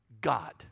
God